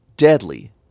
Deadly